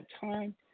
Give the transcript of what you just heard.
time